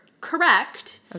correct